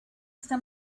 esta